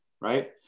right